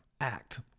act